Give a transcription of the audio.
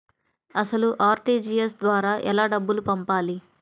అసలు అర్.టీ.జీ.ఎస్ ద్వారా ఎలా డబ్బులు పంపాలి?